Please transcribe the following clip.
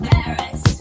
Paris